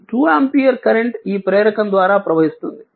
ఈ 2 ampere current ఈ ప్రేరకం ద్వారా ప్రవహిస్తుంది